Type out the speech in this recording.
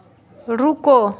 रुको